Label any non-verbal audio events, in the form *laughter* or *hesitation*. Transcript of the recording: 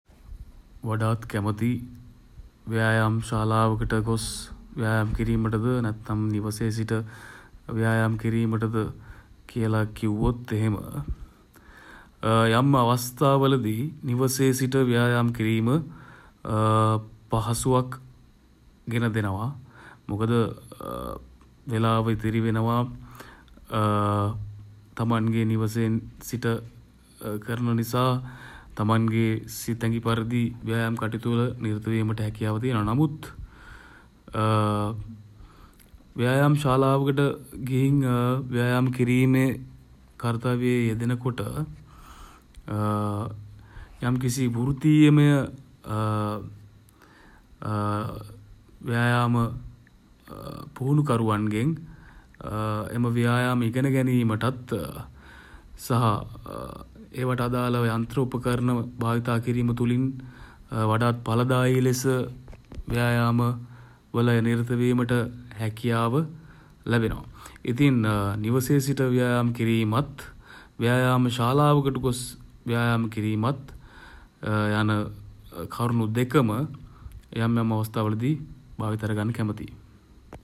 වඩාත් කැමති *hesitation* ව්‍යායාම් ශාලාවකට ගොස් *hesitation* ව්‍යායාම් කිරීමටද *hesitation* නැත්නම් නිවසේ සිට *hesitation* ව්‍යායාම් කිරීමටද *hesitation* කියල කිව්වොත් එහෙම *hesitation* යම් අවස්ථා වලදී *hesitation* නිවසේ සිට ව්‍යායාම් කිරීම *hesitation* පහසුවක් *hesitation* ගෙන දෙනවා. මොකද *hesitation* වෙලාව ඉතිරි වෙනවා *hesitation* තමන්ගේ නිවසෙන් *hesitation* සිට කරන නිසා. *hesitation* තමන්ගේ *hesitation* සිතැඟි පරිදි *hesitation* ව්‍යායාම් කටයුතු වල නිරත වීමට හැකියාව තියෙනවා. නමුත් *hesitation* ව්‍යායාම් ශාලාවකට ගිහින් *hesitation* ව්‍යායාම් කිරීමේ කර්තව්‍යයේ යෙදෙන කොට *hesitation* යම්කිසි වෘත්තීයමය *hesitation* ව්‍යයාම පුහුණුකරුවන්ගෙන් *hesitation* එම ව්‍යයාම ඉගෙන ගැනීමටත් *hesitation* සහ *hesitation* ඒවාට අදාළව යන්ත්‍ර උපකරණ *hesitation* භාවිතා කිරීම තුළිනුත් *hesitation* වඩාත් ඵලදායී ලෙස *hesitation* ව්‍යයාම *hesitation* වල නිරත වීමට *hesitation* හැකියාව *hesitation* ලැබෙනවා. ඉතින් *hesitation* නිවසේ සිට *hesitation* ව්‍යායාම් කිරීමත් *hesitation* ව්‍යායාම් ශාලාවකට ගොස් *hesitation* ව්‍යායාම් කිරීමත් *hesitation* යන කරුණු දෙකම *hesitation* යම් යම් අවස්ථා වලදී *hesitation* භාවිතයට ගන්න කැමතියි.